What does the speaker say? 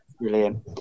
Brilliant